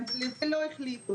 לזה לא החליטו.